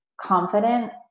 confident